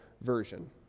version